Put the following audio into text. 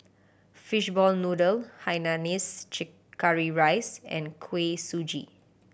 fishball noodle Hainanese curry rice and Kuih Suji